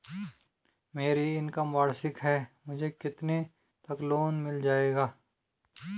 मेरी इनकम वार्षिक है मुझे कितने तक लोन मिल जाएगा?